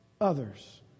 others